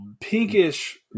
pinkish